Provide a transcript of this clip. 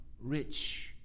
rich